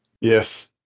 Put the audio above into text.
yes